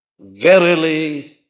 verily